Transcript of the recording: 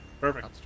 perfect